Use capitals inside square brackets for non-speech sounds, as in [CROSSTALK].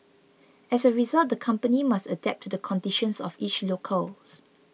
as a result the company must adapt to the conditions of each locale [NOISE]